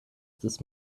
this